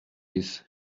his